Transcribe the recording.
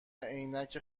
عینک